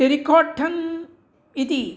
terry cotton इति